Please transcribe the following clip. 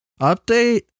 update